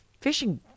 fishing